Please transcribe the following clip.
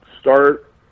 Start